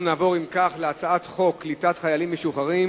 אנחנו נעבור להצעת חוק קליטת חיילים משוחררים